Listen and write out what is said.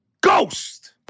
Ghost